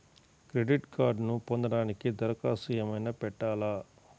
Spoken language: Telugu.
క్రెడిట్ కార్డ్ను పొందటానికి దరఖాస్తు ఏమయినా పెట్టాలా?